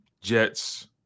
Jets